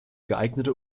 geeignete